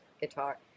guitar